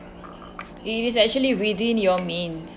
it is actually within your means